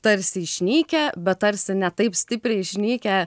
tarsi išnykę bet tarsi ne taip stipriai išnykę